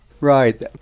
Right